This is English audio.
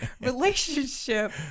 relationship